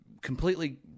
completely